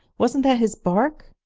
wasn't that his bark?